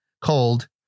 cold